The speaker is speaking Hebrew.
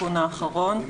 בתיקון האחרון,